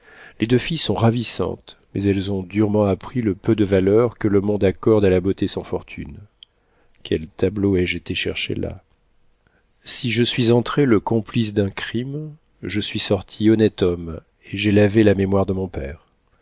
les deux filles sont ravissantes mais elles ont durement appris le peu de valeur que le monde accorde à la beauté sans fortune quel tableau ai-je été chercher là si je suis entré le complice d'un crime je suis sorti honnête homme et j'ai lavé la mémoire de mon père